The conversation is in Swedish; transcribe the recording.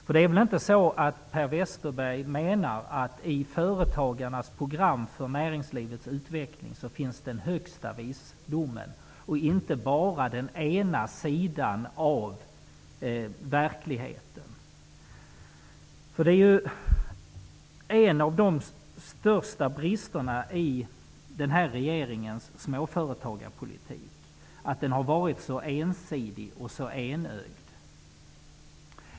För inte menar väl Per Westerberg att det i företagarnas program för näringslivets utveckling finns den högsta visdomen, och inte bara den ena sidan av verkligheten? En av de största bristerna i denna regerings småföretagarpolitik är att den har varit så ensidig och så enögd.